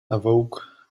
awoke